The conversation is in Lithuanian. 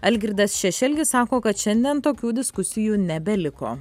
algirdas šešelgis sako kad šiandien tokių diskusijų nebeliko